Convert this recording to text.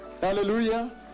Hallelujah